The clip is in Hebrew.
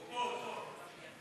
הוא פה, הוא פה.